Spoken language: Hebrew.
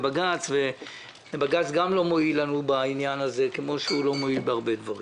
בג"ץ לא מועיל לנו בעניין הזה כמו שהוא לא מועיל בהרבה דברים.